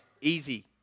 easy